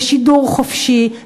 לשידור חופשי,